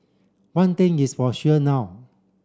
one thing is for sure now